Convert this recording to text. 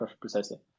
precisely